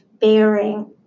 bearing